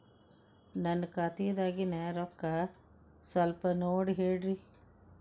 ನನ್ನ ಖಾತೆದಾಗಿನ ರೊಕ್ಕ ಸ್ವಲ್ಪ ನೋಡಿ ಹೇಳ್ರಿ